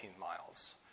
miles